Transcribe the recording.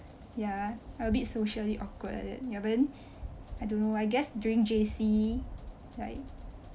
ya a bit socially awkward like that ya but then I don't know but I guess during J_C like